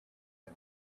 and